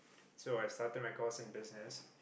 so I started my course in business